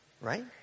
Right